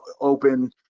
open